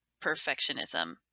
perfectionism